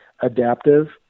adaptive